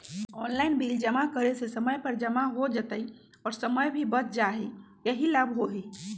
Online bill जमा करे से समय पर जमा हो जतई और समय भी बच जाहई यही लाभ होहई?